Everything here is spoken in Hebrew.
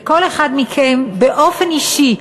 לכל אחד מכם, באופן אישי,